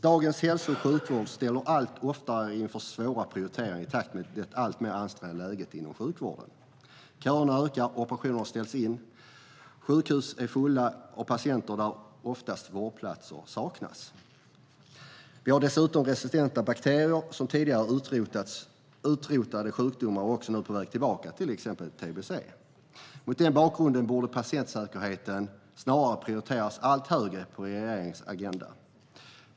Dagens hälso och sjukvård ställs allt oftare inför svåra prioriteringar i takt med det alltmer ansträngda läget inom sjukvården. Köerna ökar, operationer ställs in och sjukhusen är fulla av patienter för vilka vårdplatser oftast saknas. Vi har dessutom resistenta bakterier och tidigare utrotade sjukdomar som är på väg tillbaka, till exempel tbc. Mot denna bakgrund borde patientsäkerheten snarare prioriteras allt högre på regeringens agenda.